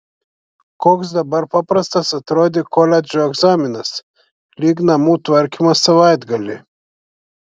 koks dabar paprastas atrodė koledžo egzaminas lyg namų tvarkymas savaitgalį